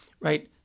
right